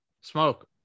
Smoke